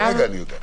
להקריא.